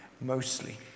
mostly